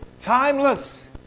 timeless